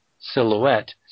silhouette